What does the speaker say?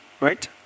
right